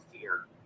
fear